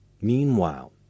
Meanwhile